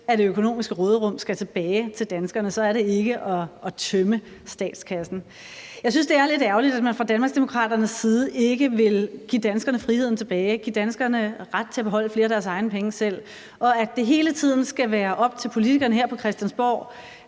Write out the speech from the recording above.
af det økonomiske råderum skal tilbage til danskerne, så er det ikke at tømme statskassen. Jeg synes, det er lidt ærgerligt, at man fra Danmarksdemokraternes side ikke vil give danskerne friheden tilbage, give danskerne ret til at beholde flere af deres egne penge, og at det hele tiden skal være op til politikerne her på Christiansborg